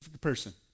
person